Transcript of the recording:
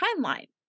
timeline